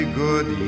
good